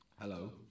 Hello